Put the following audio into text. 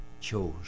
chose